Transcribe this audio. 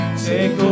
take